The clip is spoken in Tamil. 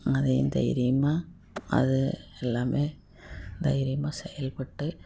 அதையும் தைரியமாக அது எல்லாமே தைரியமாக செயல்பட்டு